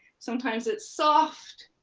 sometimes it's soft.